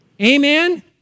Amen